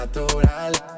natural